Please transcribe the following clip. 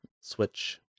Switch